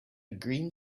green